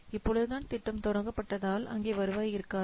இப்பொழுதுதான் திட்டம் தொடங்கப்பட்டதால் அங்கே வருவாய் இருக்காது